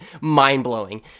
mind-blowing